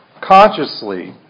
consciously